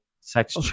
sex